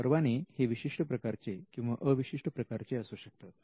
परवाने हे विशिष्ट प्रकारचे किंवा अविशिष्ट प्रकारचे असू शकतात